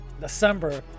december